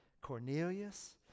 Cornelius